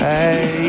Hey